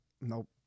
Nope